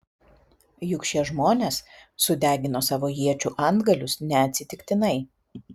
juk šie žmonės sudegino savo iečių antgalius neatsitiktinai